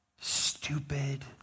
stupid